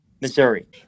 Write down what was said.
Missouri